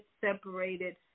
separated